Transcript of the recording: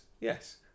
yes